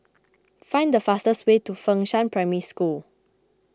find the fastest way to Fengshan Primary School